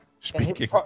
speaking